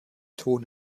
ton